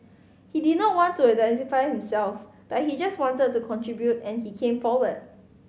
he did not want to identify himself but he just wanted to contribute and he came forward